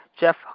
Jeff